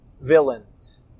villains